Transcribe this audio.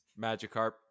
Magikarp